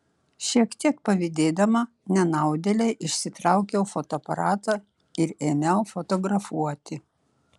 šiek tiek pavydėdama nenaudėlei išsitraukiau fotoaparatą ir ėmiau fotografuoti